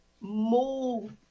move